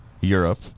Europe